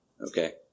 Okay